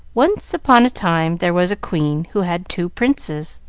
once upon a time there was a queen who had two princes.